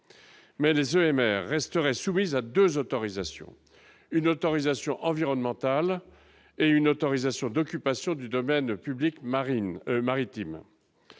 mais les EMR resterait soumise à 2 autorisations une autorisation environnementale et une autorisation d'occupation du domaine public Marine